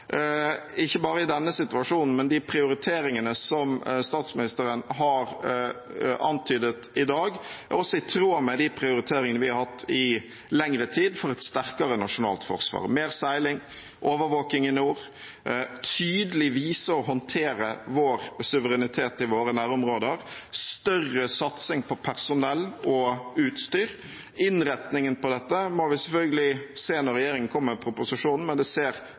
ikke bare i denne situasjonen. De prioriteringene statsministeren har antydet i dag, er også i tråd med de prioriteringene vi har hatt i lengre tid for et sterkere nasjonalt forsvar: mer seiling, overvåking i nord, tydelig vise og håndtere vår suverenitet i våre nærområder, større satsing på personell og utstyr. Innretningen på dette må vi selvfølgelig se når regjeringen kommer med proposisjonen, men det